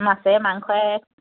মাছে মাংসই